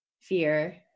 fear